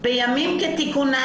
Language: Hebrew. בימים כתיקונים,